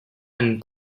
and